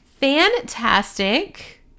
fantastic